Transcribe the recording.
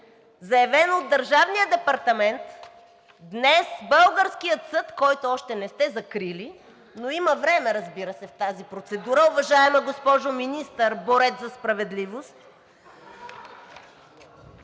американски щати, днес българският съд, който още не сте закрили, но има време, разбира се, в тази процедура, уважаема госпожо Министър, борец за справедливост,